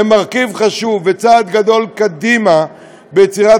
הן מרכיב חשוב וצעד גדול קדימה ביצירת